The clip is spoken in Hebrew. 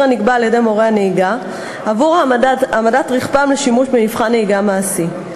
הנגבה על-ידי מורי הנהיגה עבור העמדת רכבם לשימוש במבחן נהיגה מעשי.